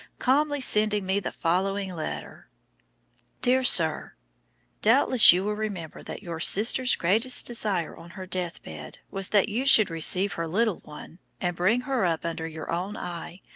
calmly sending me the following letter dear sir doubtless you will remember that your sister's great desire on her death-bed was that you should receive her little one and bring her up under your own eye,